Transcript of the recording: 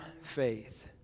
faith